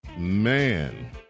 Man